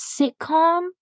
sitcom